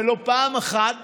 ולא פעם אחת